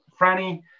Franny